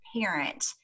parent